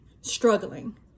struggling